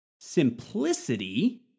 Simplicity